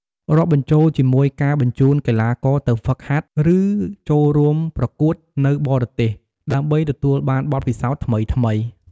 រាប់បញ្ចូលជាមួយការបញ្ជូនកីឡាករទៅហ្វឹកហាត់ ឬចូលរួមប្រកួតនៅបរទេស ដើម្បីទទួលបានបទពិសោធន៍ថ្មីៗ។